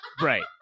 Right